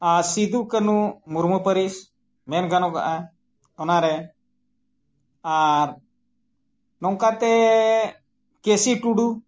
ᱟᱨ ᱥᱤᱫᱩ ᱠᱟᱹᱱᱩ ᱢᱩᱨᱢᱩ ᱯᱟᱹᱨᱤᱥ ᱢᱮᱱ ᱜᱟᱱᱚᱜᱼᱟ ᱚᱱᱟᱨᱮ ᱟᱨ ᱱᱚᱝᱠᱟᱼᱛᱮ ᱠᱮᱥᱤ ᱴᱩᱰᱩ